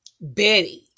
Betty